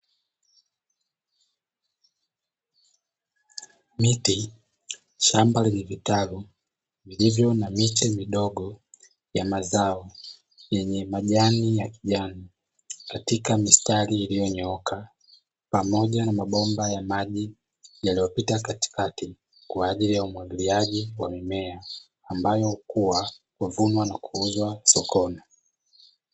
Miti, shamba lenye vitalu vilivyo na miche midogo ya mazao, yenye majani ya kijani katika mistari iliyonyooka pamoja na bomba la maji lililopita katikati, kwa ajili ya umwagiliaji wa mimea ambayo hukua huvunwa na kuuzwa sokoni.